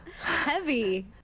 Heavy